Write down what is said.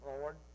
Lord